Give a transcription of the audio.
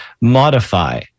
modify